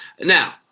Now